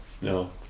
No